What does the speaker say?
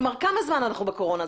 כמה זמן אנחנו בקורונה?